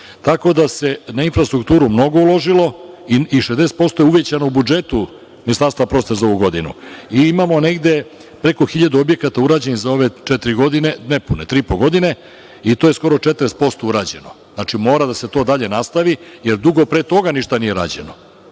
da se na infrastrukturu mnogo uložilo i 60% je uvećano u budžetu Ministarstva prosvete za ovu godinu. Imamo negde preko hiljadu objekata urađenih za ove četiri godine, nepune, tri i po godine, i to je skoro 40% urađeno. Znači, to mora dalje da se nastavi, jer dugo pre toga ništa nije rađeno.